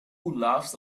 laughs